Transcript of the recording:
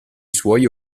suoi